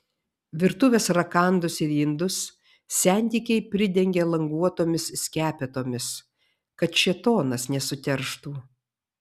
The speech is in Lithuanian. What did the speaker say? virtuvės rakandus ir indus sentikiai pridengia languotomis skepetomis kad šėtonas nesuterštų